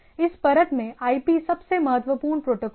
इस परत में आईपी सबसे महत्वपूर्ण प्रोटोकॉल है